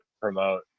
promote